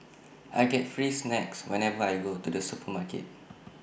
I get free snacks whenever I go to the supermarket